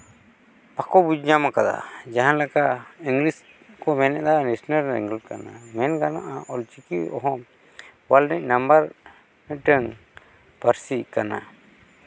ᱵᱟᱠᱚ ᱵᱩᱡᱽ ᱧᱟᱢ ᱠᱟᱫᱟ ᱡᱟᱦᱟᱸ ᱞᱮᱠᱟ ᱠᱟᱱᱟ ᱢᱮᱱ ᱜᱟᱱᱚᱜᱼᱟ ᱚᱞᱪᱤᱠᱤ ᱦᱚᱸ ᱯᱟᱞᱮᱫ ᱱᱟᱢᱵᱟᱨ ᱢᱤᱫᱴᱮᱱ ᱯᱟᱹᱨᱥᱤ ᱠᱟᱱᱟ